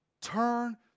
Turn